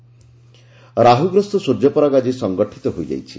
ସ୍ୟପ୍ୟପରାଗ ରାହୁଗ୍ରସ୍ତ ସୂର୍ଯ୍ୟପରାଗ ଆକି ସଂଘଟିତ ହୋଇଯାଇଛି